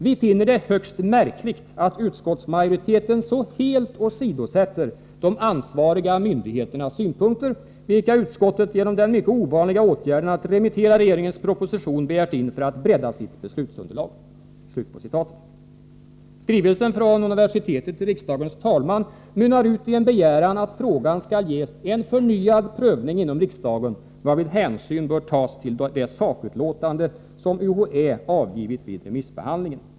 Vi finner det högst märkligt, att utskottsmajoriteten så helt åsidosätter de ansvariga myndigheternas synpunkter, vilka utskottet genom den mycket ovanliga åtgärden att remittera regeringens proposition begärt in för att bredda sitt beslutsunderlag.” Skrivelsen från universitetet till riksdagens talman mynnar ut i en begäran att frågan skall ges en förnyad prövning inom riksdagen, varvid hänsyn bör tas till det sakutlåtande som UHÄ avgivit vid remissbehandlingen.